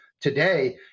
today